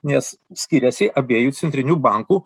nes skiriasi abiejų centrinių bankų